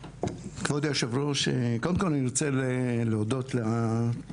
כבוד יושב הראש, קודם כל אני רוצה להודות לתלמידי